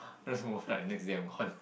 let's move right next day I'm